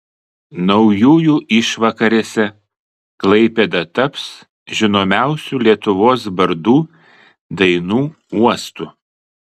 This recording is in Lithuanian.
naujųjų išvakarėse klaipėda taps žinomiausių lietuvos bardų dainų uostu